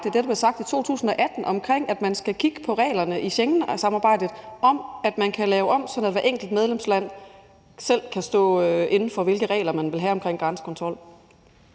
jagte det, der blev sagt i 2018, om, at man skal kigge på reglerne i Schengensamarbejdet, og at man kan lave det om, så hvert enkelt medlemsland selv kan stå inde for, hvilke regler man vil have omkring grænsekontrol.